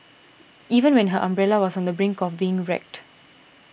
even when her umbrella was on the brink of being wrecked